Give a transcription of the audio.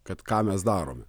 kad ką mes darome